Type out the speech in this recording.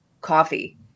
coffee